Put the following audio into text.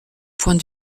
point